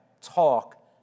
talk